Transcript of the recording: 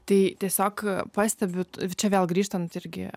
tai tiesiog pastebit čia vėl grįžtant irgi